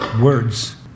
Words